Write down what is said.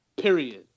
Period